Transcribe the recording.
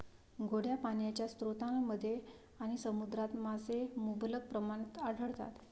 गोड्या पाण्याच्या स्रोतांमध्ये आणि समुद्रात मासे मुबलक प्रमाणात आढळतात